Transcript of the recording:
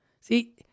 See